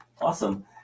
Awesome